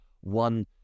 One